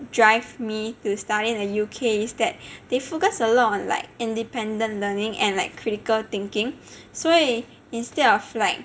drive me to study in the U_K is that they focus a lot on like independent learning and like critical thinking so instead of like